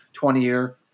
20-year